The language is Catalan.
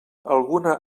alguna